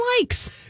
likes